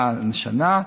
שנה,